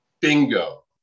Bingo